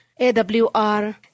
AWR